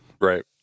right